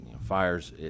fires